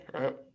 right